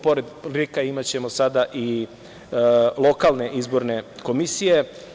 Pored RIK-a imaćemo sada i lokalne izborne komisije.